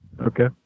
Okay